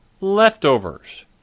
leftovers